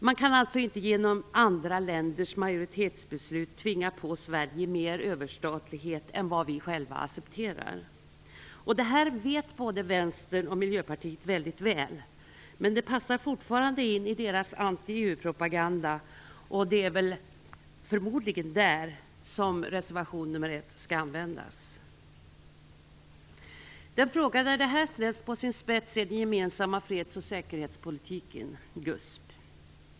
Man kan alltså inte genom andra länders majoritetsbeslut tvinga på Sverige mer överstatlighet än vad vi själva accepterar. Det här vet både Vänstern och Miljöpartiet väldigt väl, men det passar fortfarande in i deras anti-EU-propaganda, och det är förmodligen där som reservation nr 1 skall användas. Den fråga där det här ställs på sin spets är den gemensamma freds och säkerhetspolitiken, GUSP.